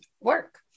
work